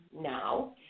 now